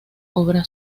obra